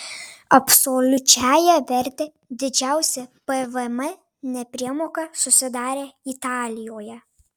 absoliučiąja verte didžiausia pvm nepriemoka susidarė italijoje